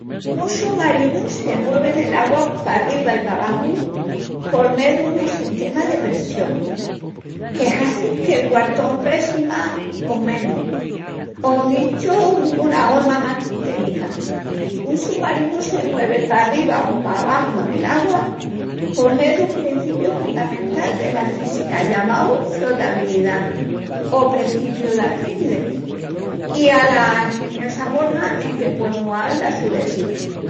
Un sumarinu se muevi nel agua parriba i pabaxu por mé dunus sestemas de pressión, que hazin que'l quartón pesi más o menus, o dichu duna horma más ténica, un sumarinu se muevi parriba o pabaxu nel augua por mé a un prencipiu hundamental dela física llamau flotabilidá o Prencipiu d'Arquímidis, i ala engeniosa horma en que puei mual la su densidá.